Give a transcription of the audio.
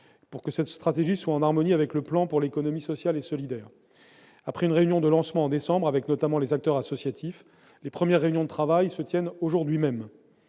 Cette stratégie doit être en harmonie avec le plan pour l'économie sociale et solidaire. Après une réunion de lancement en décembre dernier, avec notamment les acteurs associatifs, les premières réunions de travail se tiennent aujourd'hui même.